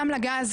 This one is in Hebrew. גם לגז,